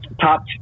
Top